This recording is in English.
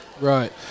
right